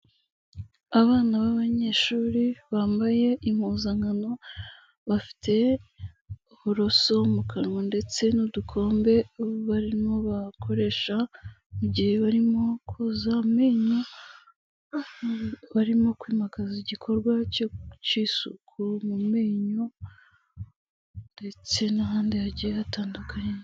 Abana b'abanyeshuri bambaye impuzankano, bafite uburoso mu kanwa ndetse n'udukombe barimo bakoresha mu gihe barimo koza amenyo, barimo kwimakaza igikorwa cy'isuku mu menyo, ndetse n'ahandi hagiye hatandukanye.